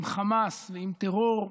עם חמאס ועם טרור,